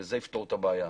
וזה יפתור את הבעיה.